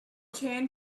chain